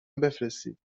بفرستید